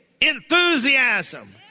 enthusiasm